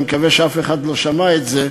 ואני מקווה שאף אחד לא שמע את זה,